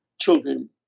children